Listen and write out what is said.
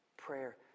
Prayer